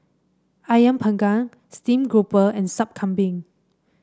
ayam panggang Steamed Grouper and Sup Kambing